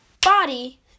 body